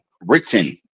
written